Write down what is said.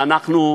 ואנחנו,